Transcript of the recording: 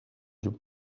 you